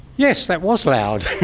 yes that was loud.